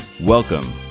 Welcome